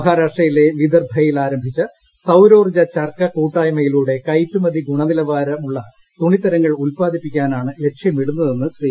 മഹാരാഷ്ട്രയിലെ വിദർഭയിൽ ആരംഭിച്ച സൌരോർജ്ജ ചർക്ക കൂട്ടായ്മയിലൂടെ കയറ്റുമതി ഗുണനിലവാര മുള്ള തുണിത്തരങ്ങൾ ഉദ്പാദിപ്പിക്കാനാണ് ലക്ഷ്യമിടുന്നതെന്ന് ശ്രീ